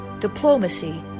diplomacy